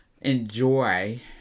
enjoy